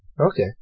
Okay